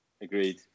agreed